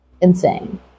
insane